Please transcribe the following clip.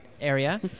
area